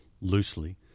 loosely